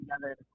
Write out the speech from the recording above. together